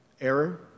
error